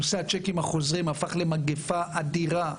נושא הצ'קים החוזרים הפך למגפה אדירה,